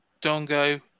Dongo